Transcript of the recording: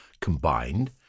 combined